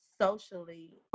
socially